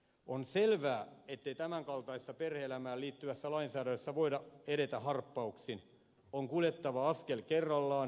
on selvää ettei tämänkaltaisessa perhe elämään liittyvässä lainsäädännössä voida edetä harppauksin on kuljettava askel kerrallaan